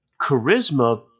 charisma